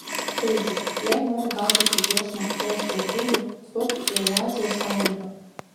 taigi jei nori gauti pigios naftos ir dujų stok į eurazijos sąjungą